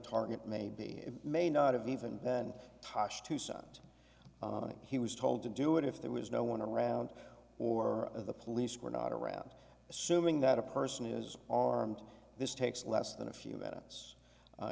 target may be may not have even then tosh to send he was told to do it if there was no one around or the police were not around assuming that a person is armed this takes less than a few minutes